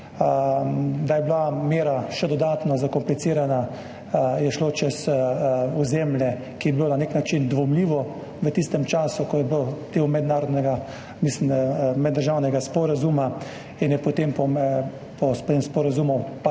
Da je bila mera še dodatno zakomplicirana, je šlo čez ozemlje, ki je bilo na nek način dvomljivo v tistem času, ko je bilo del meddržavnega sporazuma, in je potem po tem sporazumu nekaj